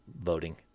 voting